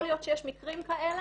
יכול להיות שיש מקרים כאלה,